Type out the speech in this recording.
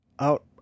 out